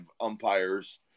umpires